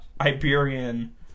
Iberian